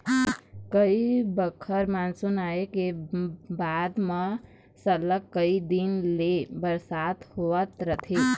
कइ बखत मानसून आए के बाद म सरलग कइ दिन ले बरसा होवत रहिथे